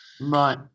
Right